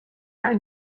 are